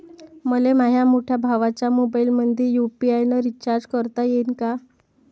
मले माह्या मोठ्या भावाच्या मोबाईलमंदी यू.पी.आय न रिचार्ज करता येईन का?